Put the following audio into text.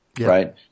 right